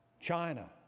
China